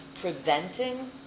preventing